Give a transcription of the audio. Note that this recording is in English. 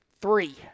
Three